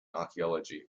archaeology